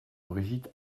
brigitte